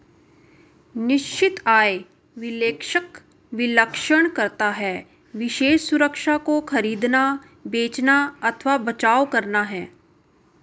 निश्चित आय विश्लेषक विश्लेषण करता है विशेष सुरक्षा को खरीदना, बेचना अथवा बचाव करना है